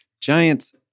Giants